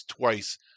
twice